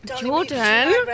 Jordan